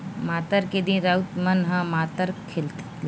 मातर के दिन राउत मन ह मातर खेलाथे